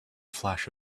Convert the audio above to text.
flash